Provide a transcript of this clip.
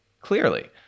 clearly